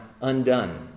undone